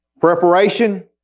Preparation